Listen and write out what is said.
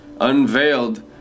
unveiled